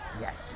Yes